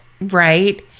Right